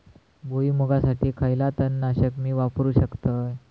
भुईमुगासाठी खयला तण नाशक मी वापरू शकतय?